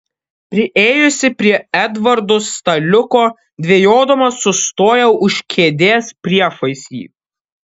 priėjusi prie edvardo staliuko dvejodama sustojau už kėdės priešais jį